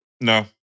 No